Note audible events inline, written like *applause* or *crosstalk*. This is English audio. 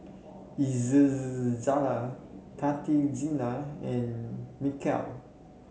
*unintelligible* Khatijah and Mikhail